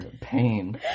pain